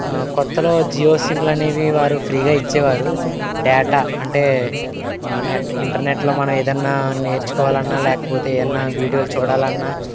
కొత్తలో జియో సిమ్లు అనేవి వారు ఫ్రీగా ఇచ్చేవారు డేటా అంటే నెట్ ఇంటర్నెట్లో మనం ఏదన్నా నేర్చుకోవాలన్నా లేకపోతే ఏయన్నా వీడియోలు చూడాలన్నా